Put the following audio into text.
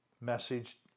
message